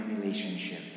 relationship